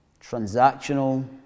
transactional